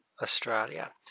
Australia